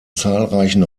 zahlreichen